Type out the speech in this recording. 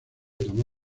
tomó